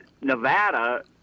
Nevada